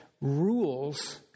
rules